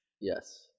Yes